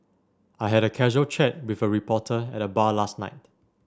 I had a casual chat with a reporter at the bar last night